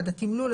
התמלול,